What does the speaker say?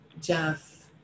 Jeff